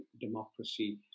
democracy